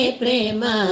prema